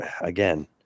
again